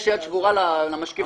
יש יד שבורה למשקיף השני.